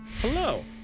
Hello